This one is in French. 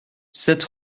sept